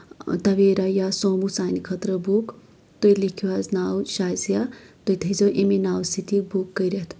تَویرا یا سومو سانہِ خٲطرٕ بُک تُہۍ لٮ۪کھِو حظ ناو شازیا تُہۍ تھٲزیٚو امے ناوٕ سۭتۍ یہِ بُک کٔرِتھ